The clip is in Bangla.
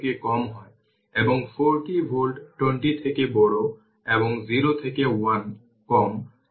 সুতরাং এটি 5 205 20 হবে